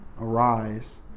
Arise